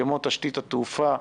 כמו תשתית התעופה,